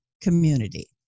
community